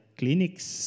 clinics